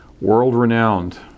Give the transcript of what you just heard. world-renowned